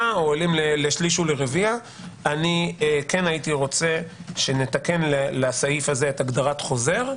או לשליש או לרביע הייתי רוצה שנתקן לסעיף הזה את הגדרת חוזר.